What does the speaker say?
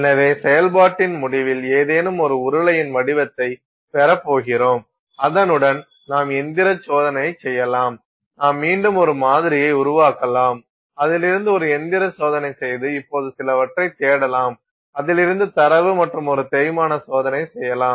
எனவே செயல்பாட்டின் முடிவில் ஏதேனும் ஒரு உருளையின் வடிவத்தை பெறப்போகிறோம் அதனுடன் நாம் இயந்திரச் சோதனையைச் செய்யலாம் நாம் மீண்டும் ஒரு மாதிரியை உருவாக்கலாம் அதில் இருந்து ஒரு இயந்திர சோதனை செய்து இப்போது சிலவற்றைத் தேடலாம் அதிலிருந்து தரவு மற்றும் ஒரு தேய்மான சோதனை செய்யலாம்